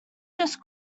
just